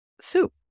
soup